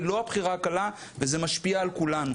לא הבחירה הקלה וזה משפיע על כולנו.